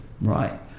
Right